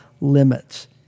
limits